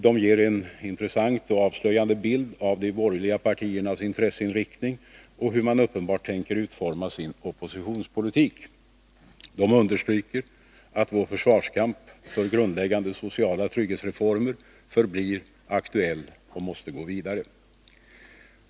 De ger en intressant och avslöjande bild av de borgerliga partiernas intresseinriktning och hur man uppenbart tänker utforma sin oppositionspolitik. De understryker att vår försvarskamp för grundläggande sociala trygghetsreformer förblir aktuell och måste gå vidare.